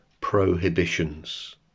prohibitions